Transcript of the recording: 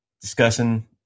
discussing